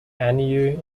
ainu